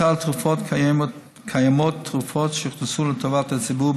בסל התרופות קיימות תרופות שהוכנסו לטובת הציבור,